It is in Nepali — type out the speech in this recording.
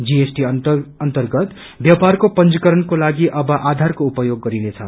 जीएसटि अर्न्तगत व्यापारको पंजीकरणको लागि अब आधारको उपयोग गरिनेछ